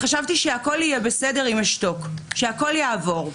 וחשבתי שהכול יהיה בסדר אם אשתוק, שהכול יעבור.